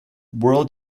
world